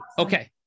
okay